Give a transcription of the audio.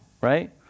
right